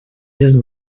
just